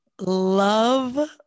love